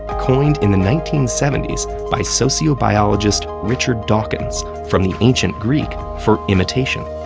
coined in the nineteen seventy s by sociobiologist richard dawkins from the ancient greek for imitation.